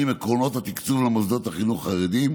עקרונות התקצוב של מוסדות החינוך החרדיים,